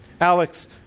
Alex